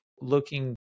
looking